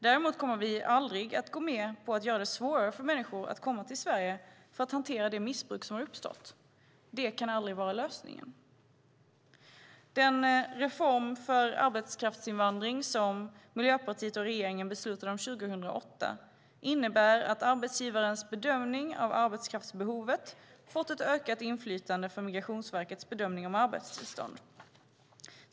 Däremot kommer vi aldrig att gå med på att göra det svårare för människor att komma till Sverige för att hantera detta missbruk. Det kan inte vara lösningen. Den reform för arbetskraftsinvandring som Miljöpartiet och regeringen beslutade om 2008 innebär att arbetsgivarens bedömning av arbetskraftsbehovet fått ett ökat inflytande för Migrationsverkets bedömning av arbetstillstånd.